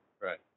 Right